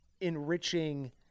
enriching